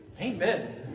Amen